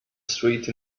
street